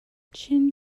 chin